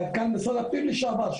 מנכ"ל משרד הפנים לשעבר,